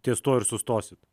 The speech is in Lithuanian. ties tuo ir sustosit